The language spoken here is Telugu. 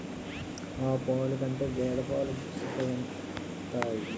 ఆవు పాలు కంటే గేద పాలు సిక్కగుంతాయి